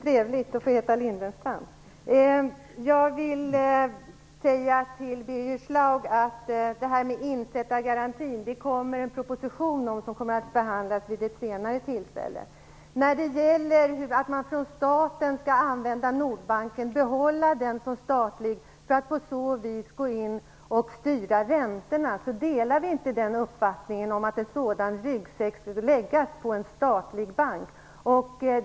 Herr talman! Jag vill säga till Birger Schlaug att det kommer en proposition om det här med insättargarantin, som skall behandlas vid ett senare tillfälle. Miljöpartiet föreslår att staten skall behålla Nordbanken för att på så vis kunna gå in och styra räntorna. Vi delar inte den uppfattningen om att en sådan ryggsäck skulle läggas på en statlig bank.